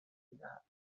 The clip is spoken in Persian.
میدهد